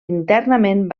internament